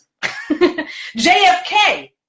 JFK